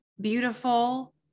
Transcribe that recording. beautiful